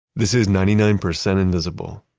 this is ninety nine percent invisible.